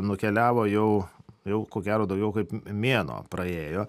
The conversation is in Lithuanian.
nukeliavo jau jau ko gero daugiau kaip mėnuo praėjo